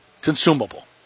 consumable